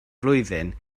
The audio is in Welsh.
flwyddyn